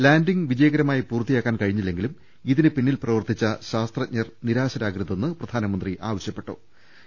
landing വിജയകരമായി പൂർത്തിയാക്കാൻ കഴി ഞ്ഞില്ലെങ്കിലും ഇതിനുപിന്നിൽ പ്രവർത്തിച്ച ശാസ്ത്രജ്ഞർ നിരാശരാകരു തെന്ന് പ്രധാനമന്ത്രി നരേന്ദ്രമോദി ആവശ്യപ്പെട്ടു